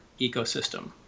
ecosystem